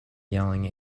yelling